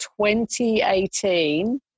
2018